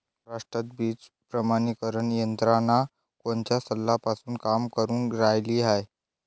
महाराष्ट्रात बीज प्रमानीकरण यंत्रना कोनच्या सालापासून काम करुन रायली हाये?